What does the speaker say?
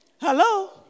Hello